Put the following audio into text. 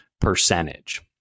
percentage